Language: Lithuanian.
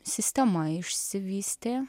sistema išsivystė